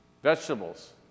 Vegetables